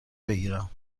بگیرم